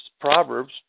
Proverbs